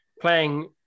playing